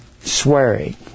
swearing